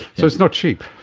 so it's not cheap.